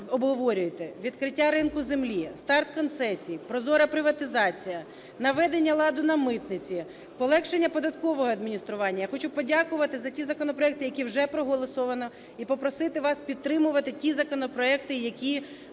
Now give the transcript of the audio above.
обговорюєте: відкриття ринку землі, старт концесій, прозора приватизація, наведення ладу на митниці, полегшення податкового адміністрування. Я хочу подякувати за ті законопроекти, які вже проголосовано. І попросити вас підтримувати ті законопроекти, які в